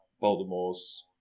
Baltimore's